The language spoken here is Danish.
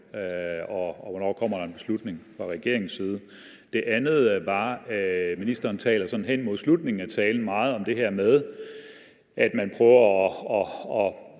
og hvornår der kommer en beslutning fra regeringens side? Det andet var, at ministeren i slutningen af talen taler meget om det her med, at man prøver at